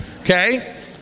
okay